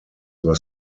were